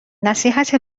نصیحت